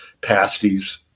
pasties